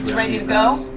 ready to go.